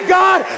god